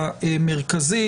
ולא סתם מגבלה על חופש הביטוי,